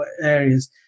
areas